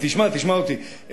תשמע אותי.